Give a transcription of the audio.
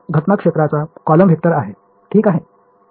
Ei घटना क्षेत्राचा column vector आहे ठीक आहे